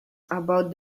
about